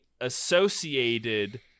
associated